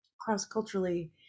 cross-culturally